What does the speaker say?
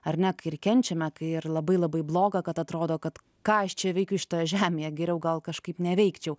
ar ne kai ir kenčiame kai ir labai labai bloga kad atrodo kad ką aš čia veikiu šitoje žemėje geriau gal kažkaip neveikčiau